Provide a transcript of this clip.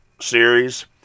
series